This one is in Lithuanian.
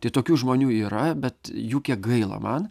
tai tokių žmonių yra bet jų kiek gaila man